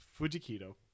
fujikido